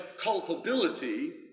culpability